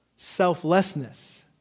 selflessness